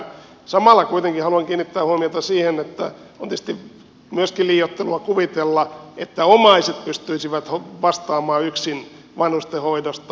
samalla kuitenkin haluan kiinnittää huomiota siihen että on tietysti myöskin liioittelua kuvitella että omaiset pystyisivät vastaamaan yksin vanhustenhoidosta